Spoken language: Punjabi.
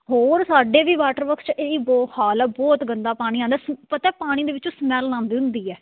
ਹੋਰ ਸਾਡੇ ਵੀ ਵਾਟਰ ਵਰਕਸ ਇਹੀ ਬੋ ਹਾਲ ਆ ਬਹੁਤ ਗੰਦਾ ਪਾਣੀ ਆਉਂਦਾ ਪਤਾ ਪਾਣੀ ਦੇ ਵਿੱਚੋਂ ਸਮੈਲ ਆਉਂਦੀ ਹੁੰਦੀ ਹੈ